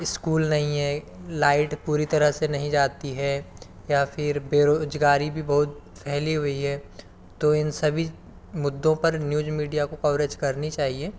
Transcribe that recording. school नहीं है light पूरी तरह से नहीं जाती है या फिर बेरोज़गारी भी बहुत फैली हुई है तो इन सभी मुद्दों पर न्यूज मीडिया को कवरेज करनी चाहिए